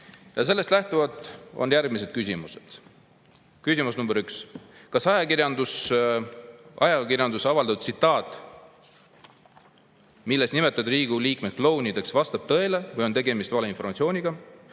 Ja sellest lähtuvalt on järgmised küsimused. Küsimus nr 1: kas ajakirjanduses avaldatud tsitaat, milles nimetate Riigikogu liikmeid klounideks, vastab tõele või on tegemist valeinformatsiooniga?